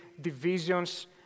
divisions